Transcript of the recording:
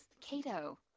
Cato